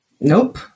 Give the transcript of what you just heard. Nope